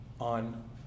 on